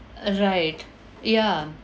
uh right ya